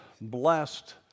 blessed